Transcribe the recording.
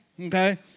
okay